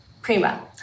Prima